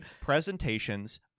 presentations